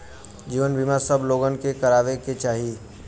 जीवन बीमा सब लोगन के करावे के चाही